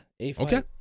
Okay